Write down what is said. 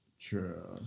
True